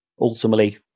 Ultimately